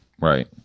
right